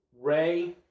Ray